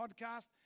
podcast